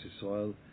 soil